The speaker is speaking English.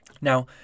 Now